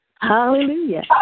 Hallelujah